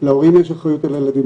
להורים יש אחריות על הילדים,